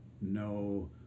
no